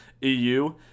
EU